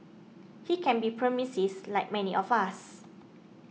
he can be pessimist like many of us